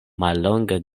mallonga